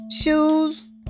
shoes